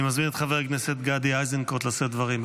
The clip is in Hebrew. אני מזמין את חבר הכנסת גדי איזנקוט לשאת דברים,